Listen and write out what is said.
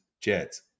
Jets